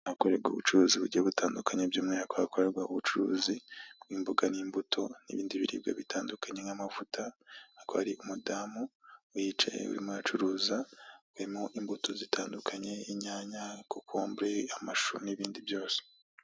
Hakorerwa ubucuruzi bugiye butandukanye by'umwihariko hakorerwa ubucuruzi bw'imboga n'imbuto n'ibindi biribwa bitandukanye nk'amavuta aka ari umudamu uyicayerimo acuruza bimo imbuto zitandukanye inyanya kokombure amashu n'ibindi byose.